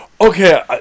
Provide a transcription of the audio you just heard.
Okay